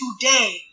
today